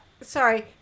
Sorry